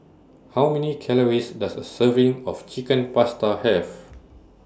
How Many Calories Does A Serving of Chicken Pasta Have